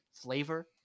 flavor